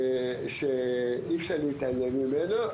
שאי אפשר להתעלם ממנו.